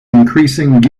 increasing